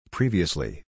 Previously